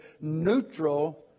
neutral